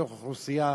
בתוך אוכלוסייה,